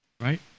right